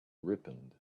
ripened